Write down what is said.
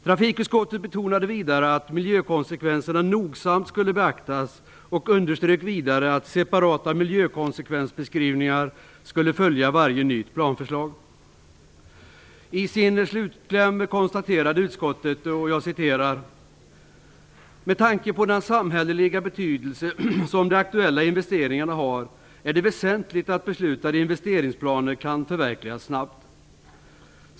Trafikutskottet betonade att miljökonsekvenserna nogsamt skulle beaktas och underströk vidare att separata miljökonsekvensbeskrivningar skall följa varje nytt planförslag. I sin slutkläm konstaterade utskottet: "Med tanke på den samhälleliga betydelse som de aktuella investeringarna har är det väsentligt att beslutade investeringsplaner kan förverkligas snabbt.